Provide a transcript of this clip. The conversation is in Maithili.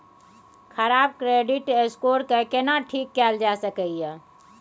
खराब क्रेडिट स्कोर के केना ठीक कैल जा सकै ये?